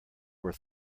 were